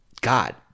God